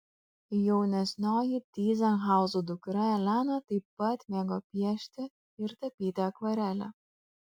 jaunesnioji tyzenhauzų dukra elena taip pat mėgo piešti ir tapyti akvarele